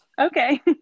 okay